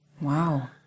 Wow